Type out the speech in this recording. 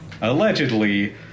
allegedly